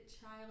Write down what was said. child